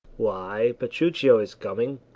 why, petruchio is coming,